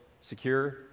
secure